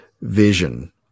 vision